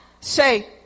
say